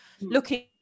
looking